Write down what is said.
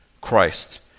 Christ